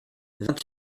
vingt